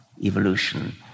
evolution